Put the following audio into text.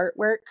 artwork